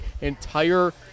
entire